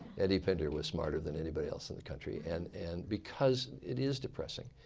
eddie pinder was smarter than anybody else in the country. and and because it is depressing.